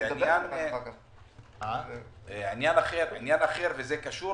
עניין אחר שקשור